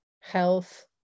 health